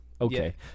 Okay